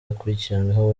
akurikiranweho